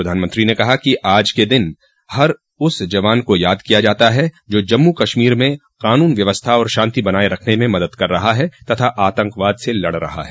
प्रधानमंत्री ने कहा कि आज के दिन हर उस जवान को याद किया जाता है जो जम्मू कश्मीर में कानून व्यवस्था और शांति बनाये रखने में मदद कर रहा तथा आतंकवाद से लड़ रहा है